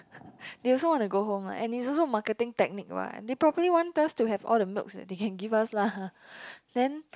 they also want to go home what and also marketing technique what they properly want us to have all the milk they can give us lah then